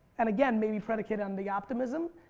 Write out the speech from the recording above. and again, may be predicated on the optimism,